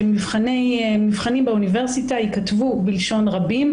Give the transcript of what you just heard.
שמבחנים באוניברסיטה ייכתבו בלשון רבים,